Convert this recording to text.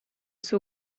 suo